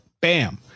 Bam